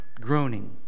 groaning